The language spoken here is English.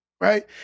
right